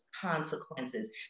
consequences